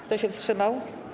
Kto się wstrzymał?